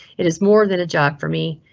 it is more than a job for me.